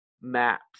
maps